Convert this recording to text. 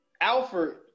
Alfred